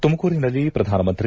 ತುಮಕೂರಿನಲ್ಲಿ ಪ್ರಧಾನಮಂತ್ರಿ